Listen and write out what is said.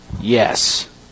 yes